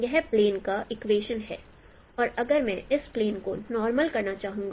यह प्लेन का इक्वेशन है और अगर मैं इस प्लेन को नॉर्मल करना चाहूंगा